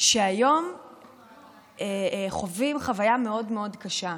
שהיום חווים חוויה מאוד מאוד קשה.